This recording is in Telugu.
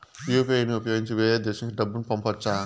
యు.పి.ఐ ని ఉపయోగించి వేరే దేశంకు డబ్బును పంపొచ్చా?